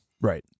right